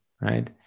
right